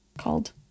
called